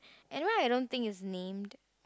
and why I don't think it is named